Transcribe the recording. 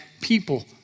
people